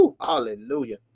Hallelujah